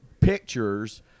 pictures